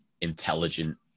intelligent